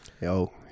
Yo